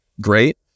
great